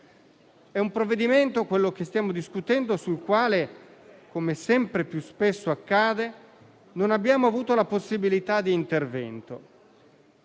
È un provvedimento, quello che stiamo discutendo, sul quale, come sempre più spesso accade, non abbiamo avuto la possibilità di intervenire.